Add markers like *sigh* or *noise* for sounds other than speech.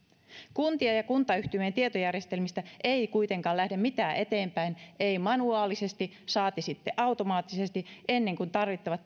kuntien ja kuntayhtymien tietojärjestelmistä ei kuitenkaan lähde mitään eteenpäin ei manuaalisesti saati sitten automaattisesti ennen kuin tarvittavat *unintelligible*